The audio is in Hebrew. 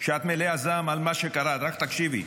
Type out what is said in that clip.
שאת מלאת זעם על מה שקרה, רק תקשיבי,